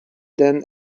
then